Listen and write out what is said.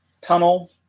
tunnel